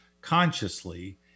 consciously